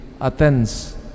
attends